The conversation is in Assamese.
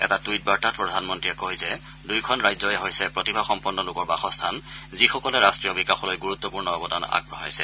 এটা টুইট বাৰ্তাত প্ৰধানমন্ত্ৰীয়ে কয় যে দুয়োখন ৰাজ্যয়ে হৈছে প্ৰতিভাসম্পন্ন লোকৰ বাসস্থান যিসকলে ৰাষ্টীয় বিকাশলৈ গুৰুত্বপূৰ্ণ অৱদান আগবঢ়াইছে